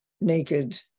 naked